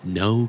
no